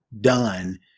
done